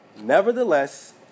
Nevertheless